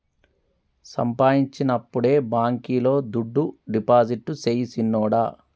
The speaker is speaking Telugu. సంపాయించినప్పుడే బాంకీలో దుడ్డు డిపాజిట్టు సెయ్ సిన్నోడా